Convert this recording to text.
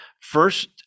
First